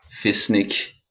Fisnik